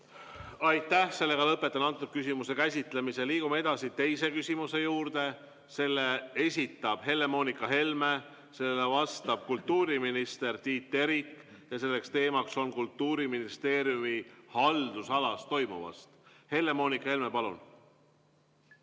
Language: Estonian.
Aitäh! Lõpetan antud küsimuse käsitlemise. Liigume edasi teise küsimuse juurde. Selle esitab Helle-Moonika Helme, sellele vastab kultuuriminister Tiit Terik ja teema on Kultuuriministeeriumi haldusalas toimuv. Helle-Moonika Helme, palun!